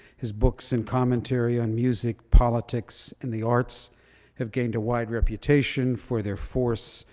his books and commentary on music, politics and the arts have gained a wide reputation for their force,